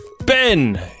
Ben